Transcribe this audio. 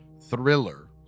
thriller